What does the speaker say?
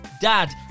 Dad